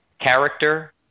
character